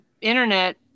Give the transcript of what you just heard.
internet